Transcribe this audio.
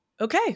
okay